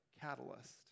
catalyst